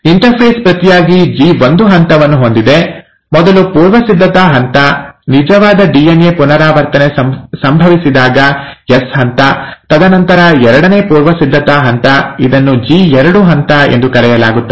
interface ಪ್ರತಿಯಾಗಿ ಜಿ1 ಹಂತವನ್ನು ಹೊಂದಿದೆ ಮೊದಲು ಪೂರ್ವಸಿದ್ಧತಾ ಹಂತ ನಿಜವಾದ ಡಿಎನ್ಎ ಪುನರಾವರ್ತನೆ ಸಂಭವಿಸಿದಾಗ ಎಸ್ ಹಂತ ತದನಂತರ ಎರಡನೇ ಪೂರ್ವಸಿದ್ಧತಾ ಹಂತ ಇದನ್ನು ಜಿ2 ಹಂತ ಎಂದು ಕರೆಯಲಾಗುತ್ತದೆ